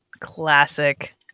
Classic